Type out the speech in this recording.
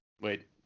Wait